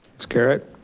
ms. garrett.